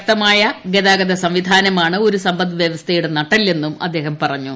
ശക്തമായ ഗതാഗത സംവിധാനമാണ് ഒരു സമ്പദ്വൃവസ്ഥയുടെ നട്ടെല്ലെന്നും അദ്ദേഹം പറഞ്ഞു